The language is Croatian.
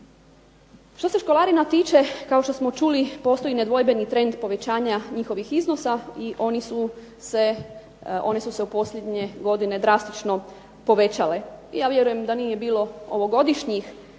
Što se školarina tiče kao što smo čuli postoji nedvojbeni trend povećanja njihovih iznosa i one su se u posljednje godine drastično povećale. I ja vjerujem da nije bilo ovogodišnjih